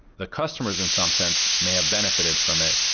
the customers in some sense may have benefited from it,